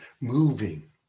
moving